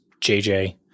JJ